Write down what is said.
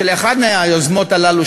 של אחת מהיוזמות האלה,